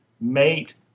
mate